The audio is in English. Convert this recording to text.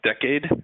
decade